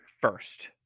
first